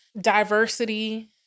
diversity